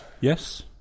Yes